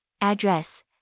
Address